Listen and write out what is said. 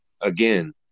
again